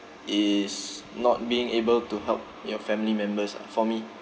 is not being able to help your family members lah for me